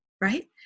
Right